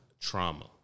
trauma